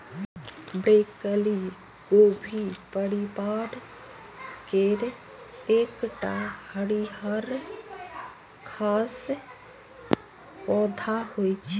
broccoli गोभी परिवार केर एकटा हरियर खाद्य पौधा होइ छै